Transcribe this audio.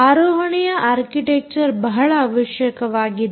ಆರೋಹಣೆಯ architecture ಬಹಳ ಅವಶ್ಯಕವಾಗಿದೆ